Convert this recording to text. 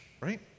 Right